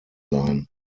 sein